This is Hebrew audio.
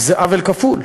זה עוול כפול.